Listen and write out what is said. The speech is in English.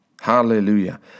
Hallelujah